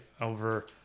Over